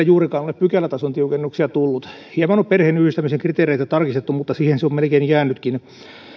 juurikaan ole pykälätason tiukennuksia tullut hieman on perheenyhdistämisen kriteereitä tarkistettu mutta siihen se on melkein jäänytkin